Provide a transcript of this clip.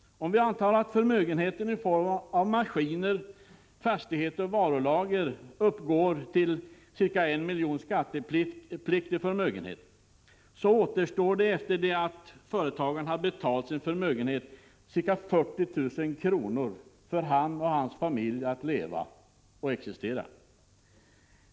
Om vi antar att den skattepliktiga förmögenheten i form av maskiner, fastigheter och varulager uppgår till ca 1 milj.kr., så återstår det, sedan företagaren har betalat sin förmögenhetsskatt, ca 40 000 för honom och hans familj att leva på.